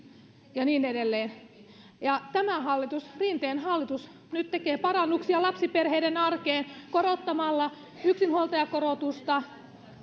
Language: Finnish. ja niin edelleen ja tämä hallitus rinteen hallitus nyt tekee parannuksia lapsiperheiden arkeen korottamalla yksinhuoltajakorotusta